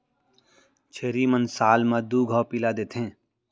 छेरी मन साल म दू घौं पिला देथे